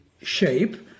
Shape